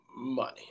money